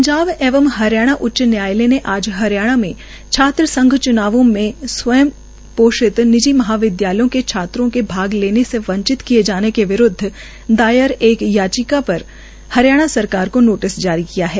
पंजाब एवं हरियाणा उच्च न्यायालय ने आज हरियाणा में छात्रसंघ मे स्वयं पोषित निजी महा विदयालयों के छात्रों के भाग लेने से वंचित किए जाने के विरूदव दायर एक और याचिका पर हरियाणा सरकार को नोटिस जारी किया है